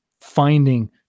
finding